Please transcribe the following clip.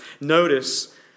Notice